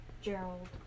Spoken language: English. Gerald